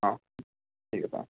অঁ ঠিক আছে অঁ